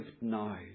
now